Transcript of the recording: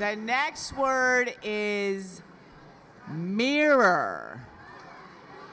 the next word is mirror